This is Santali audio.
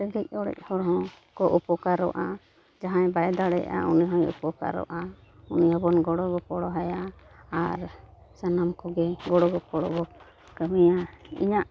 ᱨᱮᱸᱜᱮᱡᱽ ᱚᱨᱮᱡᱽ ᱦᱚᱲ ᱦᱚᱸᱠᱚ ᱩᱯᱚᱠᱟᱨᱚᱚᱜᱼᱟ ᱡᱟᱦᱟᱸᱭ ᱵᱟᱭ ᱫᱟᱲᱮᱭᱟᱜᱼᱟ ᱩᱱᱤ ᱦᱚᱸᱭ ᱩᱯᱚᱠᱟᱨᱚᱜᱼᱟ ᱩᱱᱤ ᱦᱚᱸᱵᱚᱱ ᱜᱚᱲᱚᱼᱜᱚᱯᱚᱲᱣᱟᱭᱟ ᱟᱨ ᱥᱟᱱᱟᱢ ᱠᱚᱜᱮ ᱜᱚᱲᱚ ᱜᱚᱯᱚᱲᱚ ᱵᱚᱱ ᱠᱟᱹᱢᱤᱭᱟ ᱤᱧᱟᱹᱜ